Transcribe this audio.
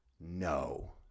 no